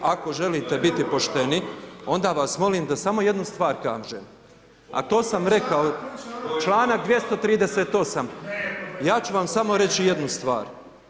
Ako želite biti pošteni, onda vas molim da samo jednu stvar kažem, a to sam rekao članak 238. ja ću vam samo reći jednu stvar.